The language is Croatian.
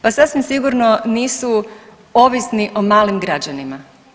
Pa sasvim sigurno nisu ovisni o malim građanima.